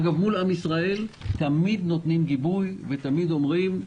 אגב מול עם ישראל תמיד נותנים גיבוי ותמיד אומרים: